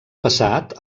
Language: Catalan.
passat